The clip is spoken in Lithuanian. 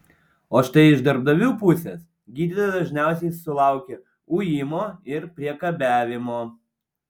o štai iš darbdavių pusės gydytojai dažniausiai sulaukia ujimo ir priekabiavimo